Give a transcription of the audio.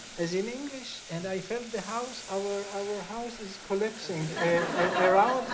as in english! and i felt the house, our our house, is collapsing around